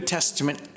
Testament